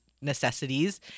necessities